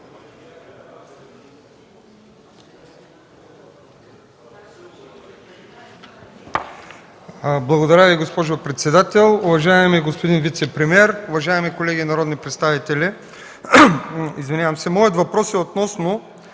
Благодаря Ви, госпожо председател. Уважаеми господин вицепремиер, уважаеми колеги народни представители! Моят въпрос е относно